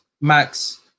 Max